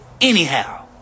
anyhow